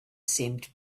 seemed